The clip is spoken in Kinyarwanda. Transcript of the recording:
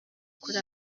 kuri